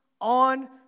on